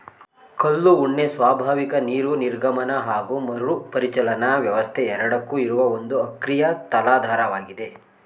ಕಲ್ಲು ಉಣ್ಣೆ ಸ್ವಾಭಾವಿಕ ನೀರು ನಿರ್ಗಮನ ಹಾಗು ಮರುಪರಿಚಲನಾ ವ್ಯವಸ್ಥೆ ಎರಡಕ್ಕೂ ಇರುವ ಒಂದು ಅಕ್ರಿಯ ತಲಾಧಾರವಾಗಿದೆ